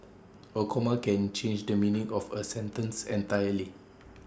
A comma can change the meaning of A sentence entirely